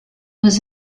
was